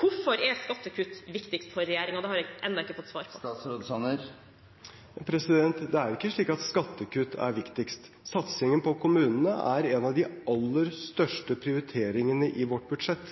Hvorfor er skattekutt viktigst for regjeringen? Det har jeg enda ikke fått svar på. Det er ikke slik at skattekutt er viktigst. Satsingen på kommunene er en av de aller største prioriteringene i vårt budsjett.